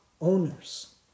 owners